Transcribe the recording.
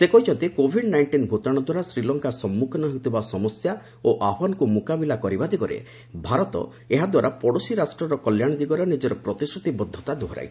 ସେ କହିଛନ୍ତି Covid nineteen ଭୂତାଣ୍ରଦ୍ୱାରା ଶ୍ରୀଲଙ୍କା ସମ୍ମଖୀନ ହେଉଥିବା ସମସ୍ୟା ଓ ଆହ୍ବାନକ୍ର ମ୍ରକାବିଲା କରିବା ଦିଗରେ ଭାରତ ଏହାଦ୍ୱାରା ପଡ଼ୋଶୀ ରାଷ୍ଟର କଲ୍ୟାଣ ଦିଗରେ ନିଜର ପ୍ରତିଶ୍ରତିବଦ୍ଧତା ଦୋହରାଇଛି